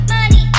Money